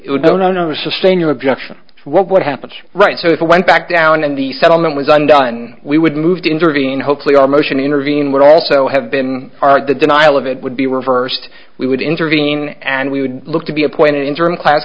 no no no sustain your objection what happens right so it went back down and the settlement was undone we would move to intervene hopefully our motion intervene would also have been the denial of it would be reversed we would intervene and we would look to be appointed interim cl